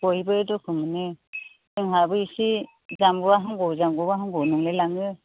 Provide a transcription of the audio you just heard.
बयबो दुखु मोनो जोंहाबो एसे जामगौबा हामगौ जामगौबा हामगौ नंलायलाङो